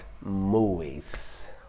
movies